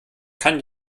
kann